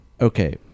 Okay